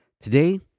Today